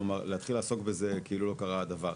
כלומר, להתחיל לעסוק בזה כאילו לא קרה הדבר.